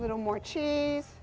a little more cheese